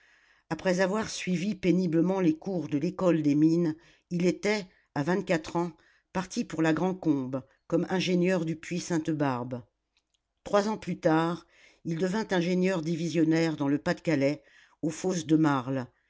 après avoir suivi péniblement les cours de l'école des mines il était à vingt-quatre ans parti pour la grand combe comme ingénieur du puits sainte barbe trois ans plus tard il devint ingénieur divisionnaire dans le pas-de-calais aux fosses de marles